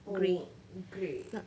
oh grey